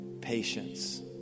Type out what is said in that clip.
patience